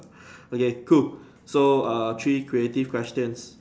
okay cool so err three creative questions